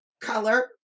color